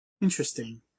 Interesting